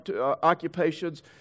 occupations